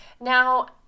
Now